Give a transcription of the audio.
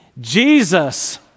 Jesus